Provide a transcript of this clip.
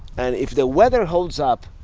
and if the weather holds up,